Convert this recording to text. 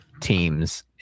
teams